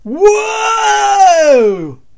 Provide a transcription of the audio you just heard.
Whoa